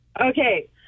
Okay